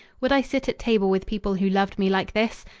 would i sit at table with people who loved me like this?